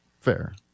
Fair